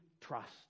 trust